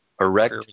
erect